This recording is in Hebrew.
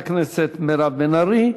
לחברת הכנסת מירב בן ארי.